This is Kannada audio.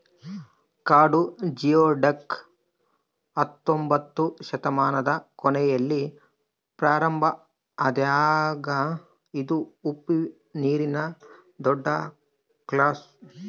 ಕಾಡು ಜಿಯೊಡಕ್ ಹತ್ತೊಂಬೊತ್ನೆ ಶತಮಾನದ ಕೊನೆಯಲ್ಲಿ ಪ್ರಾರಂಭ ಆಗ್ಯದ ಇದು ಉಪ್ಪುನೀರಿನ ದೊಡ್ಡಕ್ಲ್ಯಾಮ್